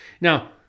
Now